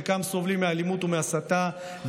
חלקם סובלים מאלימות ומהסתה,